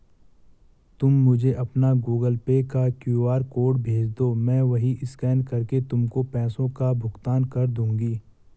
तुम मुझे अपना गूगल पे का क्यू.आर कोड भेजदो, मैं वहीं स्कैन करके तुमको पैसों का भुगतान कर दूंगी